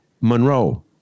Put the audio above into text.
Monroe